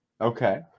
Okay